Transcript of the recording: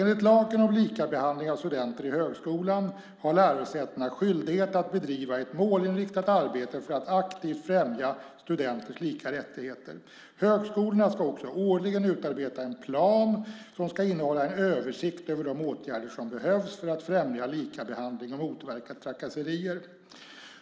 Enligt lagen om likabehandling av studenter i högskolan har lärosätena skyldighet att bedriva ett målinriktat arbete för att aktivt främja studenters lika rättigheter. Högskolorna ska också årligen utarbeta en plan som ska innehålla en översikt över de åtgärder som behövs för att främja likabehandling och motverka trakasserier.